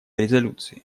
резолюции